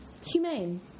Humane